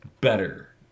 better